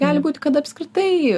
gali būti kad apskritai